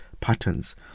patterns